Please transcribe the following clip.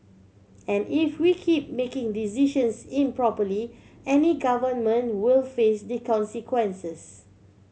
and if we keep making decisions improperly any government will face the consequences